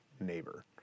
neighbor